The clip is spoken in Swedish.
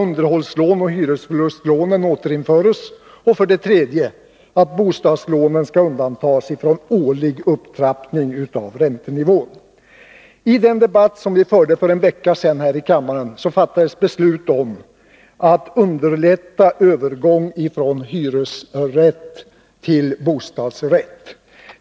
Vi förde en debatt här i kammaren för en vecka sedan, och då fattades beslut om att underlätta övergång från hyresrätt till bostadsrätt.